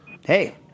Hey